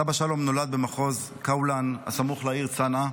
סבא שלום נולד במחוז כוולאן, הסמוך לעיר צנעא.